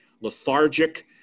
lethargic